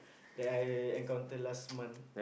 that I encounter last month